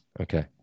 okay